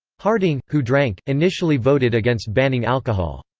harding, who drank, initially voted against banning alcohol.